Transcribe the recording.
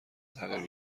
تغییر